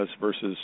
versus